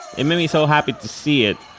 it made me so happy to see it,